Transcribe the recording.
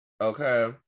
Okay